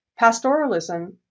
Pastoralism